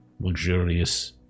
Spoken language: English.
Luxurious